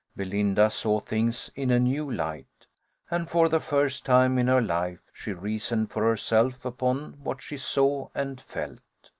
belinda saw things in a new light and for the first time in her life she reasoned for herself upon what she saw and felt.